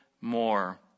more